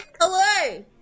Hello